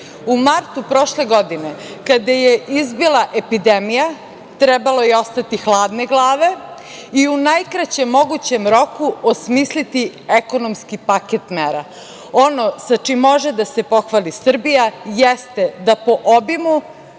U martu prošle godine kada je izbila epidemija trebalo je ostati hladne glave i u najkraćem mogućem roku osmisliti ekonomski paket mera. Ono sa čime može da se pohvali Srbija jeste da po obimu